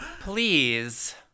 please